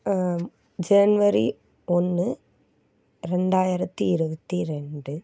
ஜனவரி ஒன்று ரெண்டாயிரத்தி இருபத்தி ரெண்டு